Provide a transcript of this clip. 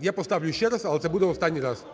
Я поставлю ще раз, але це буде останній раз.